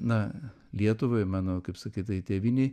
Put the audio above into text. na lietuvai mano kaip sakyt tai tėvynei